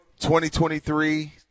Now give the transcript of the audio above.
2023